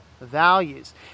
values